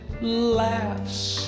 laughs